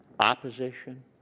opposition